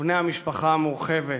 ובני המשפחה המורחבת,